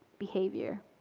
behavior.